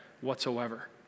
whatsoever